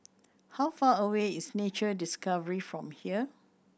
how far away is Nature Discovery from here